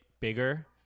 bigger